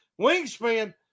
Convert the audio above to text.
wingspan